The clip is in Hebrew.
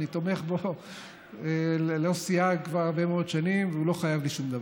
אני תומך בו ללא סייג כבר הרבה מאוד שנים והוא לא חייב לי שום דבר.